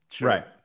Right